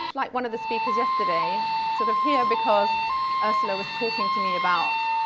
like one of the speakers yesterday, sort of here because ursula was talking to me about